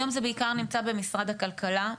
היום זה בעיקר נמצא במשרד הכלכלה,